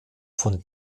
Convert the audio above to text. von